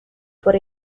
por